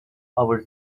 our